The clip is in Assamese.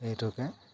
এইটোকে